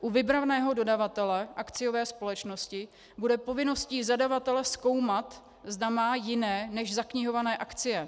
U vybraného dodavatele akciové společnosti bude povinností zadavatele zkoumat, zda má jiné než zaknihované akcie.